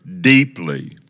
deeply